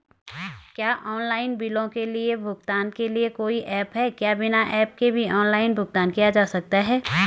क्या ऑनलाइन बिलों के भुगतान के लिए कोई ऐप है क्या बिना ऐप के भी ऑनलाइन भुगतान किया जा सकता है?